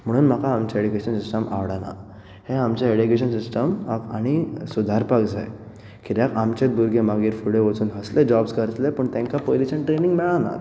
म्हणून म्हाका आमचें एडुकेशन सिस्टम आवडना हें आमचें एडुकेशन सिस्टम आ आनी सुदारपाक जाय कित्याक आमचे भुरगे मागीर फुडें वचून असले जॉब्स करतले पूण तांकां पयलींच्यान ट्रेनींग मेळनात